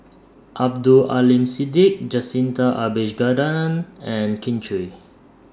Abdul Aleem Siddique Jacintha Abisheganaden and Kin Chui